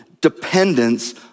dependence